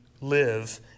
live